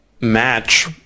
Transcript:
match